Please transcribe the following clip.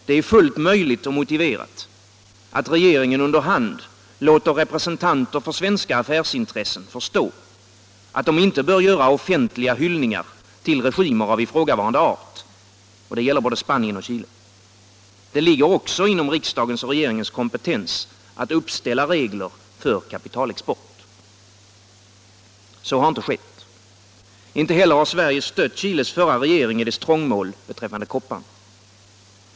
Det är fullt möjligt och motiverat att regeringen under hand låter representanter för svenska affärsintressen förstå att de inte bör göra offentliga hyllningar till regimer av ifrågavarande art — det gäller både Spanien och Chile. Det ligger också inom riksdagens och regeringens kompetens att uppställa regler för kapitalexport. Så har inte skett. Inte heller har Sverige stött Chiles förra regering i dess trångmål beträffande kopparn.